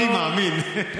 אני מאמין.